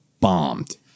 bombed